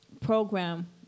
program